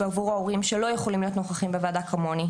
בעבור ההורים שלא יכולים להיות נוכחים בוועדה כמוני.